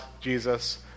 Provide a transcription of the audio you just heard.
Jesus